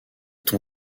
ton